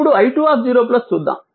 ఇప్పుడు i20 చూద్దాము